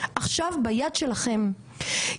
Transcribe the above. עכשיו ביד שלכם,